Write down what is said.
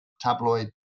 tabloid